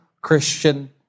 Christian